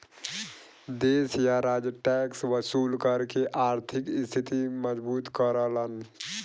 देश या राज्य टैक्स वसूल करके आर्थिक स्थिति मजबूत करलन